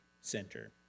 Center